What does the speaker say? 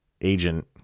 agent